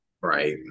right